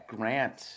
Grant